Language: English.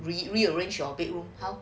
re arrange your bedroom how